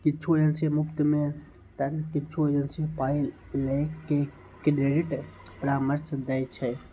किछु एजेंसी मुफ्त मे तं किछु एजेंसी पाइ लए के क्रेडिट परामर्श दै छै